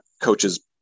coaches